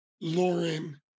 Lauren